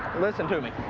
listen to me.